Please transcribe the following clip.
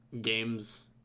games